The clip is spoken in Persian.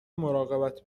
مراقبت